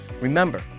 Remember